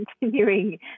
continuing